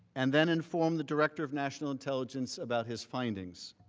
and, then inform the director of national intelligence about his findings.